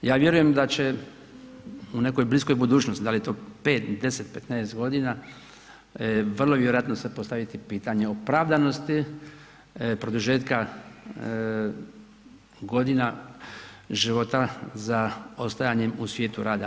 Ja vjerujem da će u nekoj bliskoj budućnosti, da li je to 5, 10, 15 godina vrlo vjerojatno se postaviti pitanje opravdanosti produžetka godina života za ostajanjem u svijetu rada.